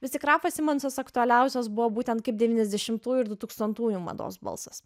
vis tik rafas simonsas aktualiausias buvo būtent kaip devyniasdešimtųjų ir dutūkstantųjų mados balsas